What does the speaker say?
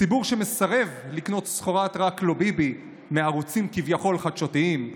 ציבור שמסרב לקנות סחורת "רק לא ביבי" מערוצים כביכול חדשותיים.